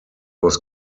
was